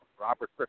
Robert